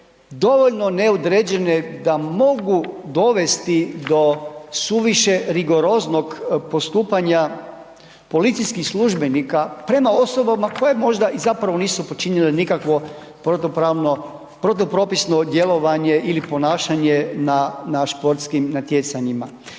dovoljno neodređene da mogu dovesti do suviše rigoroznog postupanja policijskih službenika prema osobama koje možda i zapravo nisu počinile nikakvo protupravno, protupropisno djelovanje ili ponašanje na, na športskim natjecanjima.